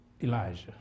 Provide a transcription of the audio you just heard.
Elijah